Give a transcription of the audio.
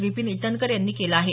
विपीन इटनकर यांनी केलं आहे